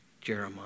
Jeremiah